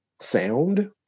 sound